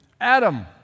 Adam